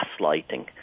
gaslighting